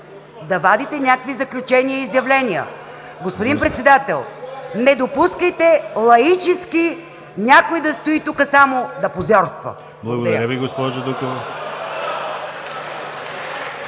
да вадите някакви заключения и изявления. Господин Председател, не допускайте лаически някой да стои тук само да позьорства. Благодаря. (Смях и